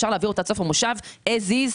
אפשר להעביר אותה עד סוף המושב אז איז,